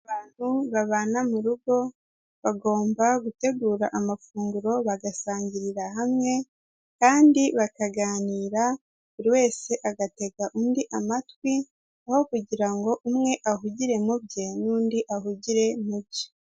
Abantu babana mu rugo bagomba gutegura amafunguro bagasangirira hamwe kandi bakaganira buri wese agatega undi amatwi, aho kugira ngo umwe ahugire mu bye n'undi ahugire mu bye.